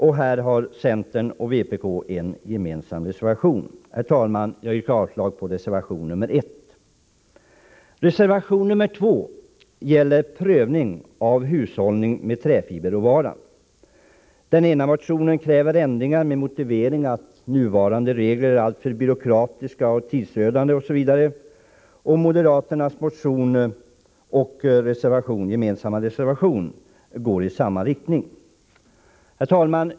Centern och vpk har här en gemensam reservation. Herr talman! Jag yrkar avslag på reservation 1. Reservation 2 gäller prövning av hushållning med träfiberråvara. Den ena motionen i sammanhanget kräver ändringar med motiveringen att nuvarande regler är alltför byråkratiska och tidsödande. Moderaternas motion och den gemensamma moderat-centerreservationen går i samma riktning. Herr talman!